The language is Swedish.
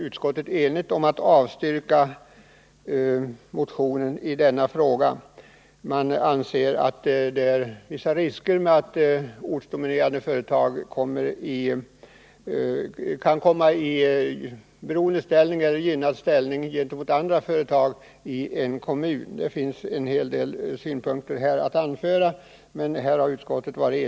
Utskottet är enigt om att avstyrka den motionen. Vi anser att det finns risk för att ortsdominerande företag kan komma i gynnad ställning gentemot andra företag i kommunen.